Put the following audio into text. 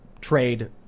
trade